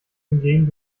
hingegen